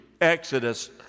Exodus